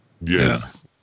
Yes